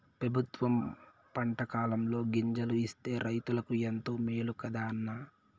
పెబుత్వం పంటకాలంలో గింజలు ఇస్తే రైతులకు ఎంతో మేలు కదా అన్న